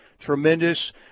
tremendous